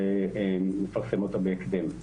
נפרסם אותו בהקדם.